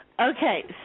Okay